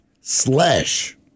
slash